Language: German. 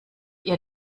ihr